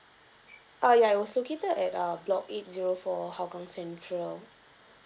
ah ya it was located at uh block eight zero four hougang central